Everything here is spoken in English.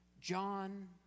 John